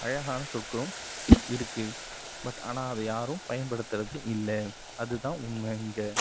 அழகான சொற்களும் இருக்குது பட் ஆனால் அதை யாரும் பயன்படுத்துறது இல்லை அதுதான் உண்மை இங்கே